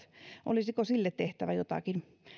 olisiko sille tehtävä jotakin